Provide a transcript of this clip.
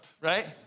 right